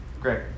Great